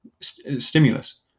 stimulus